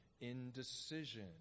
indecision